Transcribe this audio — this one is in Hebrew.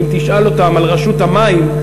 אם תשאל אותם על רשות המים,